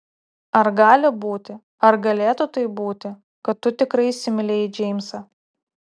ar gali būti ar galėtų taip būti kad tu tikrai įsimylėjai džeimsą